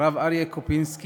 הרב אריה קופינסקי,